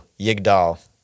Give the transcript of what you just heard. yigdal